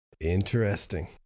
Interesting